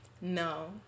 No